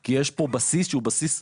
כי יש פה בסיס שהוא משמעותי.